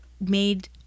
made